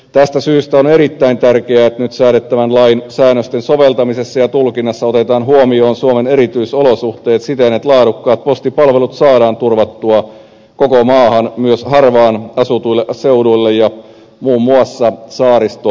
tästä syystä on erittäin tärkeää että nyt säädettävän lain säännösten soveltamisessa ja tulkinnassa otetaan huomioon suomen erityisolosuhteet siten että laadukkaat postipalvelut saadaan turvattua koko maahan myös harvaanasutuille seuduille ja muun muassa saaristoalueille